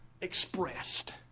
expressed